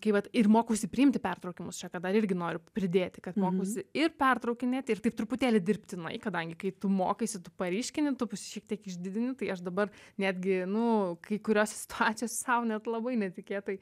kai vat ir mokausi priimti pertraukimus čia ką dar irgi noriu pridėti kad mokausi ir pertraukinėt ir taip truputėlį dirbtinai kadangi kai tu mokaisi tu paryškini tu šiek tiek išdidini tai aš dabar netgi nu kai kuriose situacijose sau net labai netikėtai